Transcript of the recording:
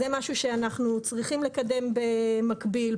זה משהו שאנחנו צריכים לקדם במקביל,